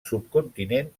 subcontinent